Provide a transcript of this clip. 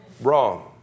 Wrong